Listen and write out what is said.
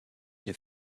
des